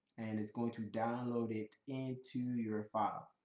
and it's going to download it into your file.